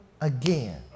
again